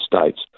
states